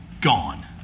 gone